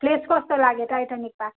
place कस्तो लाग्यो Titanic park